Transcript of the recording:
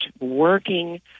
working